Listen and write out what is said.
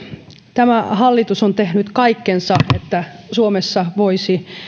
tämä hallitus on tehnyt kaikkensa että suomessa voisi